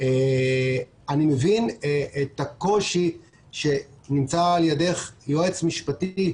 אני מבין את הקושי שנמצא על ידך יועץ משפטי,